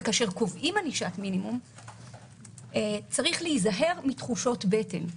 וכאשר קובעים ענישת מינימום צריך להיזהר מתחושות בטן.